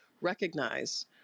recognize